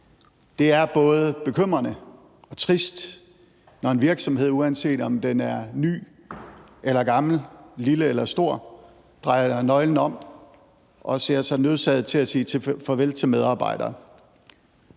Det er både bekymrende og trist, når en virksomhed, uanset om den er ny eller gammel, lille eller stor, drejer nøglen om og ser sig nødsaget til at sige farvel til medarbejderne.